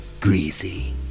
greasy